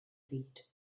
eat